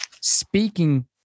speaking